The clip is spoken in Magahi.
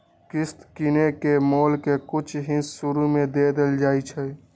किस्त किनेए में मोल के कुछ हिस शुरू में दे देल जाइ छइ